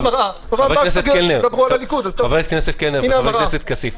חבר הכנסת קלנר וחבר הכנסת כסיף,